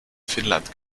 finnland